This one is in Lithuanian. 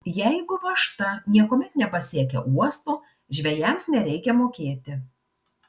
jeigu važta niekuomet nepasiekia uosto žvejams nereikia mokėti